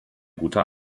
guter